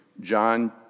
John